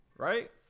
Right